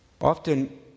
Often